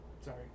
Sorry